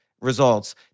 results